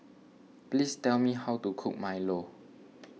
please tell me how to cook Milo